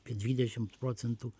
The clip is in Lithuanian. apie dvidešimt procentų